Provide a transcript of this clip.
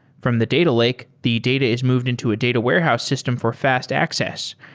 from the data lake, the data is moved into a data warehouse system for fast access,